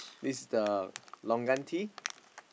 this the longan tea